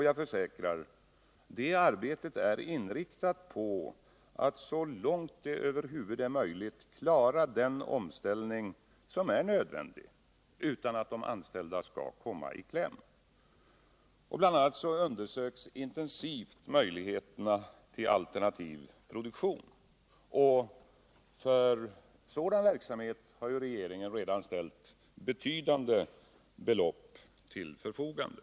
Jag försäkrar att det arbetet är inriktat på att så långt det över huvud är möjligt klara den omställning som är nödvändig utan att de anställda skall komma i kläm. BI. a. undersöks intensivt möjligheter till alternativ produktion. Och för sådan verksamhet har regeringen ju redan ställt betydande belopp till förfogande.